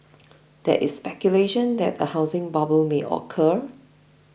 there is speculation that a housing bubble may occur